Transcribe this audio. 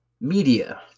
Media